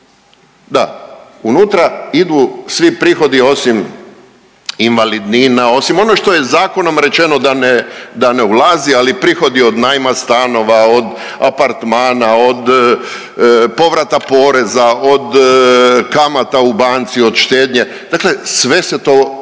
Da, unutra idu svi prihodi osim invalidnina, osim ono što je zakonom rečeno da ne ulazi, ali prihodi od najma stanova, od apartmana, od povrata poreza, od kamata u banci, od štednje, dakle sve se to od